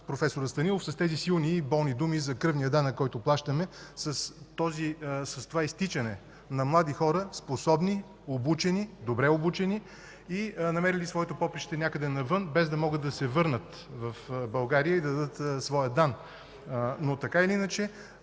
проф. Станилов с тези силни и болни думи за кръвния данък, който плащаме с това изтичане на млади хора – способни, обучени, добре обучени и намерили своето поприще някъде навън, без да могат да се върнат в България и да дадат своя дан, но, така или иначе,